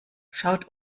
schaut